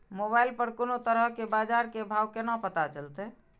Mobile पर कोनो तरह के बाजार के भाव केना पता चलते?